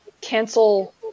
cancel